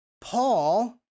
Paul